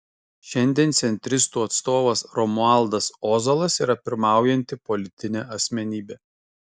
šiandien centristų atstovas romualdas ozolas yra pirmaujanti politinė asmenybė